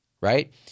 right